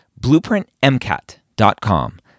BlueprintMCAT.com